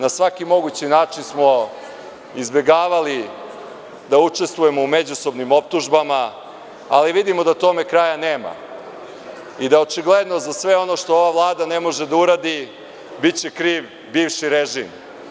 Na svaki mogući način smo izbegavali da učestvujemo u međusobnim optužbama, ali vidimo da tome kraja nema i da očigledno za sve ono što ova Vlada ne može da uradi biće kriv bivši režim.